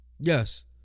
Yes